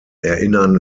erinnern